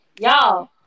y'all